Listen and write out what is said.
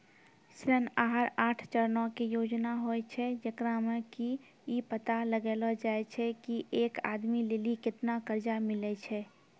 ऋण आहार आठ चरणो के योजना होय छै, जेकरा मे कि इ पता लगैलो जाय छै की एक आदमी लेली केतना कर्जा मिलै छै